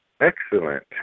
Excellent